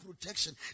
protection